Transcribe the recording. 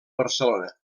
barcelona